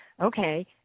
okay